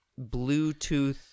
Bluetooth